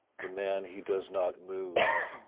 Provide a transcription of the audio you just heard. the man, he does not move,